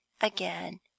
again